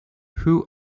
who